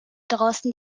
draußen